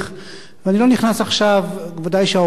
ודאי שהעובדים משלמים פה ראשונים את המחיר,